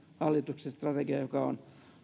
hallituksen strategia joka on